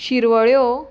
शिरवळ्यो